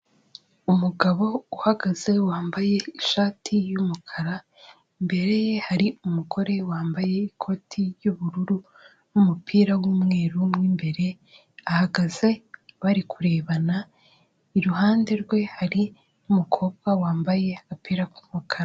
Umugabo uhagaze wambaye ishati y'umukara, imbere ye hari umugore wambaye ikoti ry'uyubururu n'umupira w'umweru mo imbere, ahahagaze bari kurebana, iruhande rwe hari n'umukobwa wambaye agapira k'umukara.